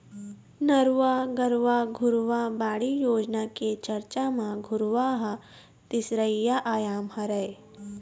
नरूवा, गरूवा, घुरूवा, बाड़ी योजना के चरचा म घुरूवा ह तीसरइया आयाम हरय